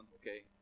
okay